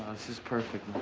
this is perfect,